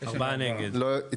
4 נמנעים, 0 ההסתייגות לא התקבלה.